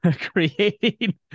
creating